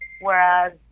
whereas